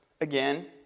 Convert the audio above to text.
again